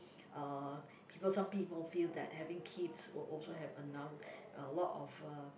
uh people some people feel that having kids will also have a now a lot of uh